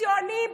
ציונים,